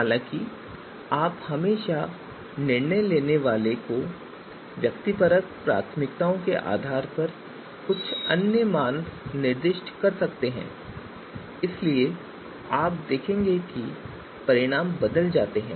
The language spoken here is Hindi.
हालाँकि आप हमेशा निर्णय लेने वाले की व्यक्तिपरक प्राथमिकताओं के आधार पर कुछ अन्य मान निर्दिष्ट कर सकते हैं और इसलिए आप देखेंगे कि परिणाम बदल सकते हैं